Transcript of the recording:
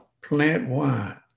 plant-wide